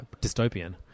dystopian